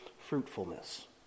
fruitfulness